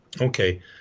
okay